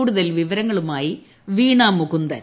കൂടുതൽ വിവരങ്ങളുമായി വീണാ മുകുന്ദൻ